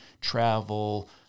travel